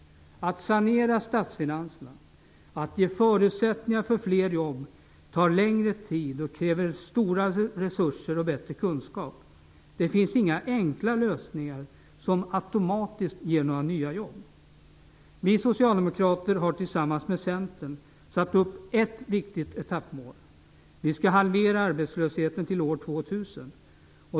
Att sanera statsfinanserna och ge förutsättningar för fler jobb tar längre tid, kräver stora resurser och bättre kunskap. Det finns inga enkla lösningar som automatiskt ger några nya jobb. Vi socialdemokrater har tillsammans med Centern satt upp ett viktigt etappmål. Vi skall halvera arbetslösheten till år 2000.